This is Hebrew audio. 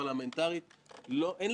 ברמה האישית אני אומר את זה על דעתי,